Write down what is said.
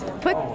put